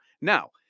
Now